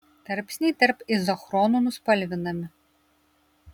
tarpsniai tarp izochronų nuspalvinami